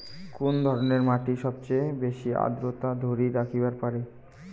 কুন ধরনের মাটি সবচেয়ে বেশি আর্দ্রতা ধরি রাখিবার পারে?